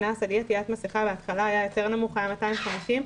הקנס על אי עטיית מסכה היה בהתחלה יותר נמוך ועמד על 250 שקלים.